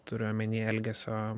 turiu omenyje elgesio